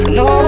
no